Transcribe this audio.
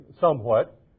somewhat